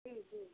जी जी जी